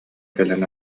кэлэн